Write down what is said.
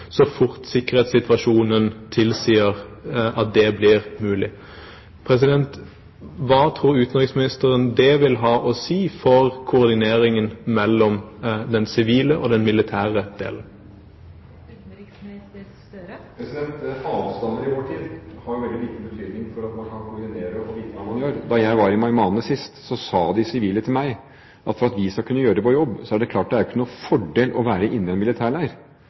så fort sikkerhetssituasjonen tilsier at det blir mulig. Hva tror utenriksministeren det vil ha å si for koordineringen mellom den sivile og den militære delen? Avstander i vår tid har jo veldig liten betydning for at man kan koordinere og vite hva man gjør. Da jeg var i Meymaneh sist, sa de sivile til meg at for at vi skal kunne gjøre vår jobb, er det klart det er ikke noen fordel å være inne i en